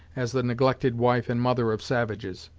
as the neglected wife and mother of savages,